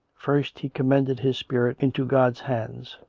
first he commended his spirit into god's hands,